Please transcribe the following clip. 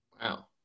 Wow